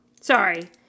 Sorry